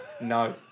No